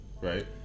Right